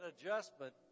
adjustment